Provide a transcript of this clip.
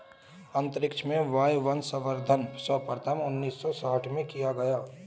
अंतरिक्ष में वायवसंवर्धन सर्वप्रथम उन्नीस सौ साठ में किया गया